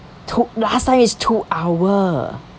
took last time it was two hours